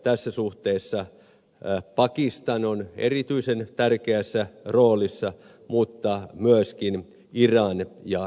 tässä suhteessa pakistan on erityisen tärkeässä roolissa mutta niin ovat myöskin iran ja intia